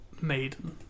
Maiden